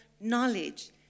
knowledge